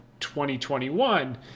2021